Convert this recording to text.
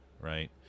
right